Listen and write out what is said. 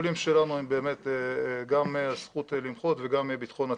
השיקולים שלנו הם באמת גם הזכות למחות וגם בטחון הציבור.